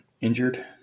injured